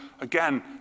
Again